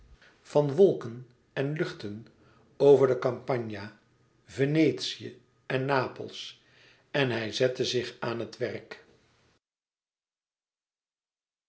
van wolken en luchten over de campagna venetië en napels en hij zette zich aan het werk